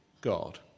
God